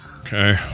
okay